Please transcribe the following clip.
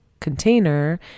container